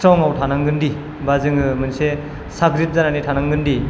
स्थ्रंआव थानांगोन दि बा जोङो मोनसे साग्रिद जानानै थानांगोन दि